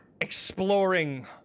Exploring